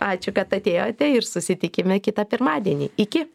ačiū kad atėjote ir susitikime kitą pirmadienį iki